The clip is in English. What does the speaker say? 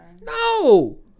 No